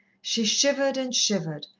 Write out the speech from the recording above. she shivered and shivered,